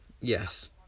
Yes